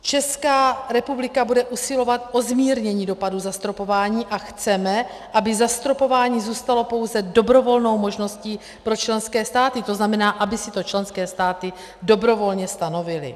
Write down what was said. Česká republika bude usilovat o zmírnění dopadu zastropování a chceme, aby zastropování zůstalo pouze dobrovolnou možností pro členské státy, tzn. aby si to členské státy dobrovolně stanovily.